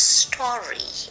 story